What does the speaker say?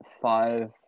five